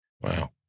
Wow